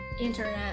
Internet